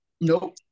nope